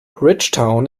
bridgetown